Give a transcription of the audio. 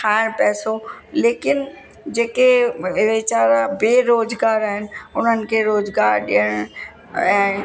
खाइण पैसो लेकिनि जेके विचारा बेरोज़गार आहिनि उन्हनि खे रोज़गार ॾियण ऐं